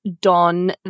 don